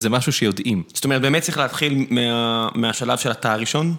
זה משהו שיודעים, זאת אומרת באמת צריך להתחיל מה.. מהשלב של התא הראשון.